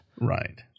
Right